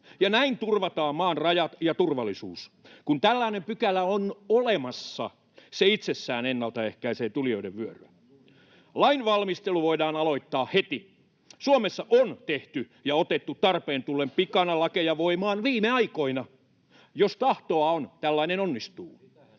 ja näin turvataan maan rajat ja turvallisuus. [Välihuutoja keskeltä] Kun tällainen pykälä on olemassa, se itsessään ennalta ehkäisee tulijoiden vyöryä. Lainvalmistelu voidaan aloittaa heti. Suomessa on tehty ja otettu tarpeen tullen pikana lakeja voimaan viime aikoina. Jos tahtoa on, tällainen onnistuu.